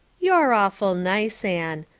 you're awful nice, anne.